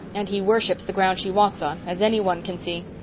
and he worships the ground she walks on, as any one can see.